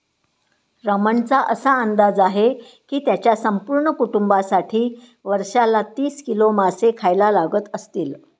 रमणचा असा अंदाज आहे की त्याच्या संपूर्ण कुटुंबासाठी वर्षाला तीस किलो मासे खायला लागत असतील